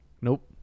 Nope